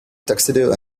tuxedo